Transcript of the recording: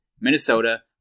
Minnesota